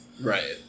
Right